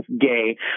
gay